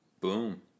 Boom